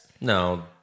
no